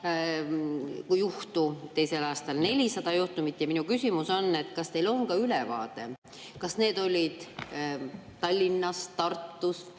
600 ja teisel aastal 400 juhul. Minu küsimus on see: kas teil on ka ülevaade, kas need olid Tallinnas, Tartus,